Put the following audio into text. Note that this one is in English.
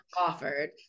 offered